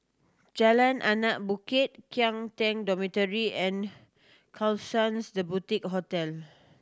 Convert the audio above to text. Jalan Anak Bukit Kian Teck Dormitory and Klapsons The Boutique Hotel